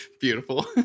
Beautiful